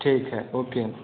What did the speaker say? ठीक है ओके